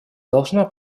должна